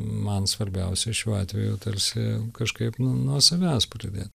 man svarbiausia šiuo atveju tarsi kažkaip nu nuo savęs pradėt